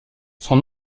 son